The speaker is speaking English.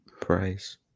price